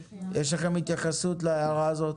יש לכם התייחסות להערה הזאת?